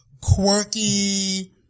quirky